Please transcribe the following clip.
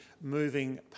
moving